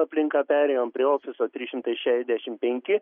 aplinka perėjom prie ofiso trys šimtai šešdešimt penki